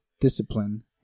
discipline